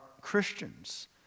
Christians